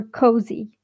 cozy